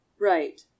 right